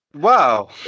Wow